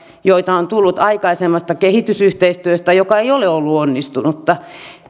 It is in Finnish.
joita on tullut aikaisemmasta kehitysyhteistyöstä joka ei ole ollut onnistunutta